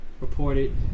reported